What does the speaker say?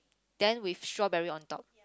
then with strawberry on top